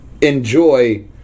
enjoy